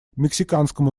мексиканскому